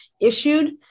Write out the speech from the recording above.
issued